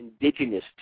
indigenous